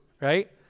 right